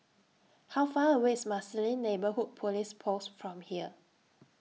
How Far away IS Marsiling Neighbourhood Police Post from here